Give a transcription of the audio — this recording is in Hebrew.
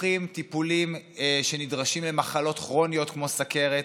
דוחים טיפולים שנדרשים למחלות כרוניות כמו סוכרת,